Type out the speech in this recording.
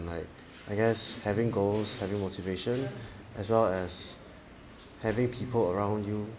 like I guess having goals having motivation as well as having people around you